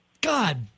God